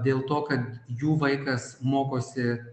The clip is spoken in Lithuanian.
dėl to kad jų vaikas mokosi